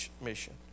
mission